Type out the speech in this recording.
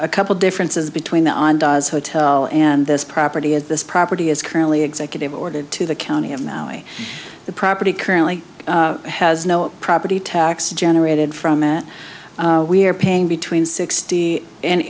a couple differences between the on does hotel and this property at this property is currently executive order to the county of maui the property currently has no property tax generated from that we're paying between sixty and